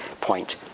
point